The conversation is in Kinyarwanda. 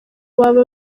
baba